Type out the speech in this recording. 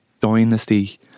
dynasty